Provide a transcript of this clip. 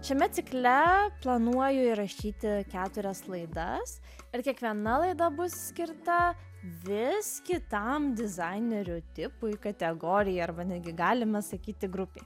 šiame cikle planuoju įrašyti keturias laidas ir kiekviena laida bus skirta vis kitam dizainerių tipui kategorija arba negi galima sakyti grupė